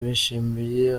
bishimiye